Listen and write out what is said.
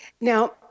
now